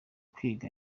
kwiga